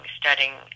studying